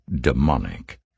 demonic